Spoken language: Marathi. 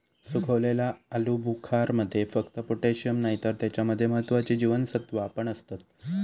सुखवलेल्या आलुबुखारमध्ये फक्त पोटॅशिअम नाही तर त्याच्या मध्ये महत्त्वाची जीवनसत्त्वा पण असतत